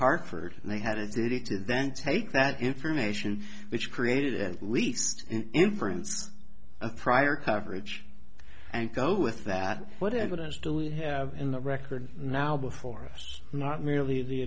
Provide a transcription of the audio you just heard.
hartford and they had a duty to then take that information which created at least inference of prior coverage and go with that what evidence do we have in the record now before us not merely the